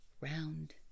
round